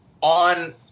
on